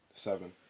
Seven